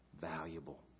valuable